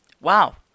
Wow